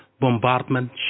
bombardment